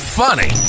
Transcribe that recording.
funny